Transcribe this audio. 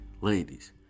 ladies